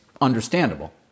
understandable